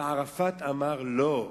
וערפאת אמר לא.